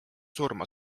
surma